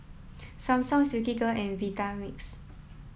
Samsung Silkygirl and Vitamix